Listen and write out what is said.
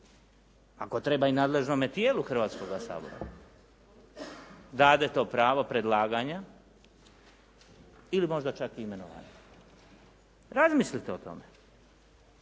ako treba i nadležnome tijelu Hrvatskoga sabora dade to pravo predlaganja ili možda čak i imenovanja? Razmislite o tome.